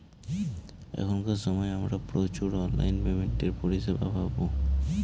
এখনকার সময় আমরা প্রচুর অনলাইন পেমেন্টের পরিষেবা পাবো